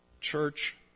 Church